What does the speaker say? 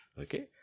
Okay